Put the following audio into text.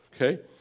Okay